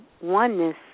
oneness